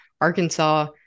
Arkansas